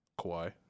Kawhi